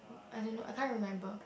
I don't know I can't remember